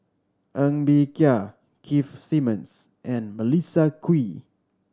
Ng Bee Kia Keith Simmons and Melissa Kwee